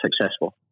successful